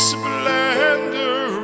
splendor